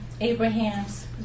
Abraham's